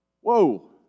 Whoa